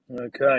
Okay